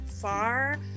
far